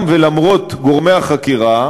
גם ולמרות גורמי החקירה,